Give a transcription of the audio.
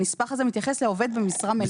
הנספח הזה מתייחס לעובד במשרה מלאה.